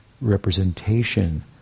representation